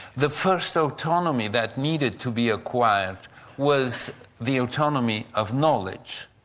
the first autonomy that needed to be acquired was the autonomy of knowledge.